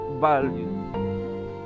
value